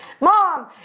Mom